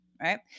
right